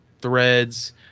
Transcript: threads